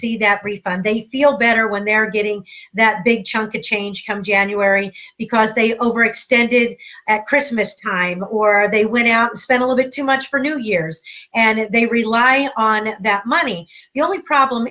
see that refund they feel better when they're getting that big chunk of change come january because they overextend it at christmas time or they went out spend all of it too much for new year's and they rely on that money you only problem